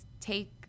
take